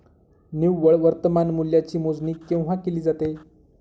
निव्वळ वर्तमान मूल्याची मोजणी केव्हा केली जाते?